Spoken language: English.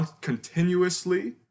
continuously